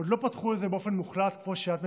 עוד לא פתחו את זה באופן מוחלט, כמו שאת מציעה,